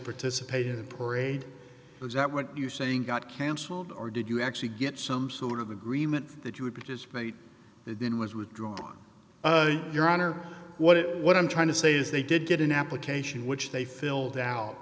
participate in the parade was that were you saying got canceled or did you actually get some sort of agreement that you would be dismayed then was withdrawing your honor what what i'm trying to say is they did get an application which they filled out